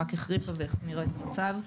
רק החריפה והחמירה את המצב.